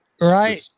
Right